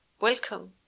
Welcome